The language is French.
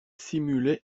simulait